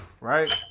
right